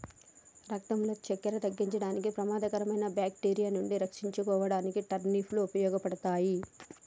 రక్తంలో సక్కెర తగ్గించడానికి, ప్రమాదకరమైన బాక్టీరియా నుండి రక్షించుకోడానికి టర్నిప్ లు ఉపయోగపడతాయి